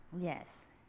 Yes